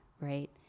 right